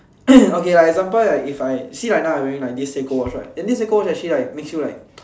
okay like example like see I now wearing my this Seiko watch right then this Seiko watch actually like makes you like